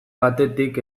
batetik